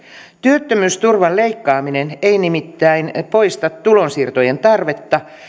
työttömyysturvan leikkaaminen ei nimittäin poista tulonsiirtojen tarvetta